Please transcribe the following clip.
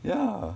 ya